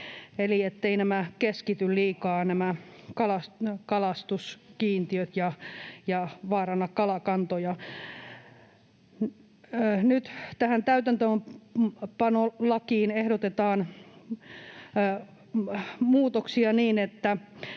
kalastuskiintiöt keskity liikaa ja vaaranna kalakantoja. Nyt tähän täytäntöönpanolakiin ehdotetaan muutoksia niin, että